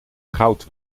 goud